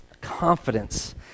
confidence